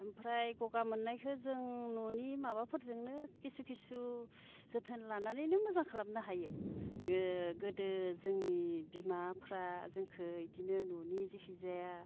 ओमफ्राय गगा मोननायखो जों न'नि माबाफोरजोंनो खिसु खिसु जोथोन लानानैनो मोजां खालामनो हायो ओ गोदो जोंनि बिमाफ्रा जोंखो इदिनो न'नि जिखि जाया